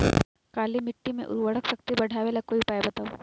काली मिट्टी में उर्वरक शक्ति बढ़ावे ला कोई उपाय बताउ?